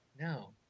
No